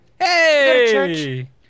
Hey